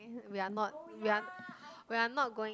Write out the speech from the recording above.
we are not we are we are not going